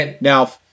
Now